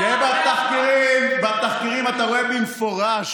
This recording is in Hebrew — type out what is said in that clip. אתה רואה במפורש